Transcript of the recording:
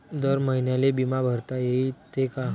दर महिन्याले बिमा भरता येते का?